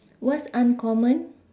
what's uncommon